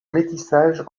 métissage